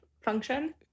function